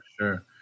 Sure